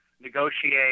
negotiate